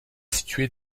situé